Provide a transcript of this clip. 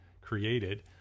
created